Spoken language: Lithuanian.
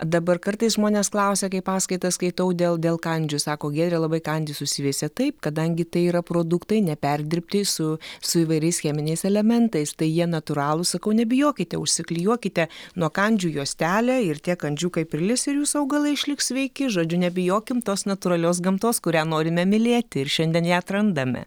dabar kartais žmonės klausia kai paskaitas skaitau dėl dėl kandžių sako giedre labai kandys susiveisia taip kadangi tai yra produktai neperdirbti su su įvairiais cheminiais elementais tai jie natūralūs sakau nebijokite užsiklijuokite nuo kandžių juostelę ir tie kandžių kai prilįs ir jūsų augalai išliks sveiki žodžiu nebijokim tos natūralios gamtos kurią norime mylėti ir šiandien ją atrandame